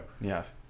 Yes